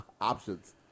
options